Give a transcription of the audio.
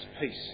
peace